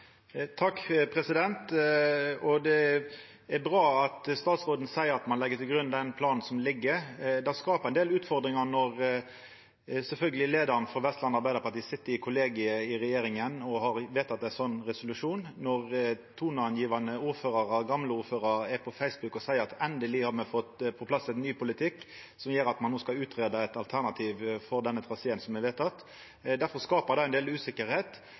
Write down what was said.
del utfordringar når leiaren for Vestland Arbeidarparti sit i kollegiet i regjeringa og har vedteke ein slik resolusjon, og når tonegjevande ordførarar og gamle ordførarar på Facebook seier at endeleg har me fått på plass ein ny politikk som gjer at me no skal greia ut eit alternativ til den traseen som er vedteken. Difor skapar det ein del usikkerheit.